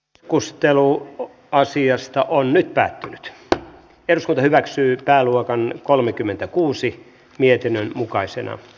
perustelu asiasta on nyt päättänyt eduskunta hyväksyi pääluokan kolmekymmentäkuusi mietinnön mukaisena